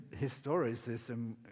historicism